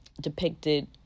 depicted